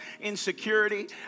insecurity